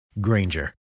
Granger